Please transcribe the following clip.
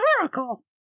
Oracle